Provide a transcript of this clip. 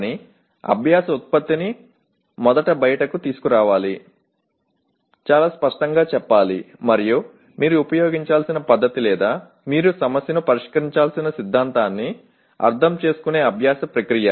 కానీ అభ్యాస ఉత్పత్తిని మొదట బయటకు తీసుకురావాలి చాలా స్పష్టంగా చెప్పాలి మరియు మీరు ఉపయోగించాల్సిన పద్ధతి లేదా మీరు సమస్యను పరిష్కరించాల్సిన సిద్ధాంతాన్ని అర్థం చేసుకునే అభ్యాస ప్రక్రియ